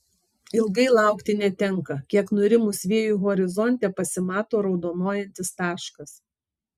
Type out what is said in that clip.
ilgai laukti netenka kiek nurimus vėjui horizonte pasimato raudonuojantis taškas